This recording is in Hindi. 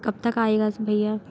कब तक आएगा भैया